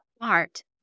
art